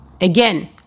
Again